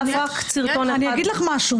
אני אגיד לך משהו.